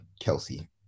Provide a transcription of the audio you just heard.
Kelsey